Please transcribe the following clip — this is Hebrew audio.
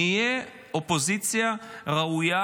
נהיה אופוזיציה ראויה,